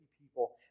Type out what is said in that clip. people